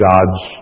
God's